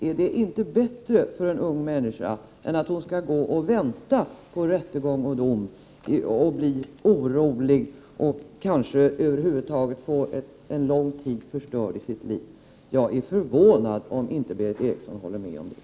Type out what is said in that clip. Är inte det bättre för en ung människa än att hon skall gå och vänta på rättegång och dom, bli orolig och kanske över huvud taget få en lång tid i livet förstörd? Jag är förvånad om inte Berith Eriksson håller med om detta.